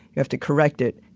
you have to correct it,